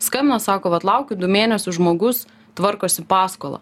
skambina sako vat laukiu du mėnesius žmogus tvarkosi paskolą